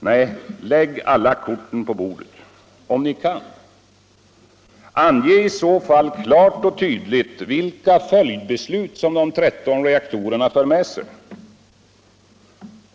Nej, lägg alla korten på bordet —- om ni kan! Ange i så fall klart och tydligt vilka följdbeslut de 13 reaktorerna för med sig.